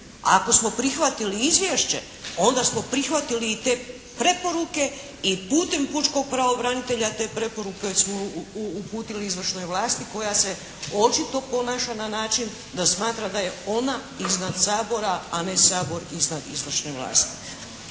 ako smo prihvatili izvješće onda smo prihvatili i te preporuke i putem pučkog pravobranitelja te preporuke smo uputili izvršnoj vlasti koja se očito ponaša na način da smatra da je ona iznad Sabora, a ne Sabor iznad izvršne vlasti.